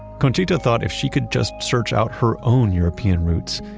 conchita thought if she could just search out her own european roots,